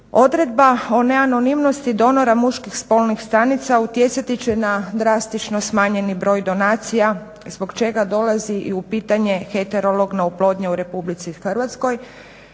Odredba o neanonimnosti donora muških spolnih stanica utjecati će na drastično smanjeni broj donacija zbog čega dolazi i u pitanje heterologna oplodnja u Republici Hrvatskoj